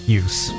use